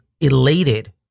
elated